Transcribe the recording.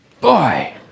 Boy